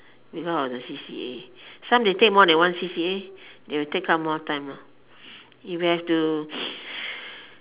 because of the C_C_A some they take more than one C_C_A they will take up more time lah you will have to